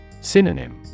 Synonym